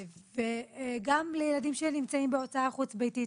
וגם לילדים שנמצאים בהוצאה חוץ ביתית.